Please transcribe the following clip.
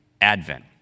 Advent